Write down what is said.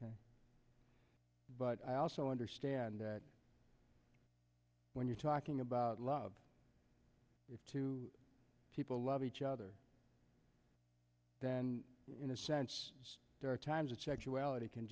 but i also understand that when you're talking about love if two people love each other then in a sense there are times that sexuality can